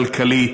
כלכלית,